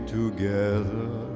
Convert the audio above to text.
together